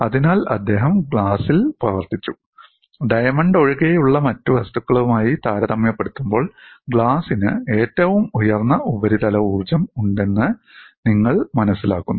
അതിനാൽ അദ്ദേഹം ഗ്ലാസിൽ പ്രവർത്തിച്ചു ഡയമണ്ട് ഒഴികെയുള്ള മറ്റ് വസ്തുക്കളുമായി താരതമ്യപ്പെടുത്തുമ്പോൾ ഗ്ലാസിന് ഏറ്റവും ഉയർന്ന ഉപരിതല ഊർജ്ജം ഉണ്ടെന്ന് നിങ്ങൾ മനസ്സിലാക്കുന്നു